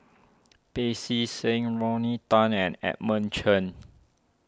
Pancy Seng Rodney Tan and Edmund Chen